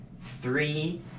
three